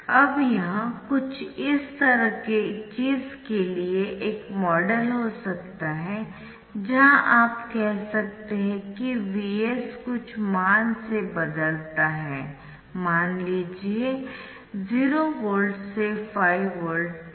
अब यह कुछ इस तरह के चीज के लिए एक मॉडल हो सकता है जहाँ आप कह सकते है कि Vs कुछ मान से बदलता है मान लीजिए 0 वोल्ट से 5 वोल्ट तक